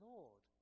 Lord